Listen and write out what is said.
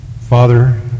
Father